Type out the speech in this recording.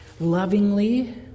lovingly